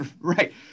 right